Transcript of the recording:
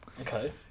Okay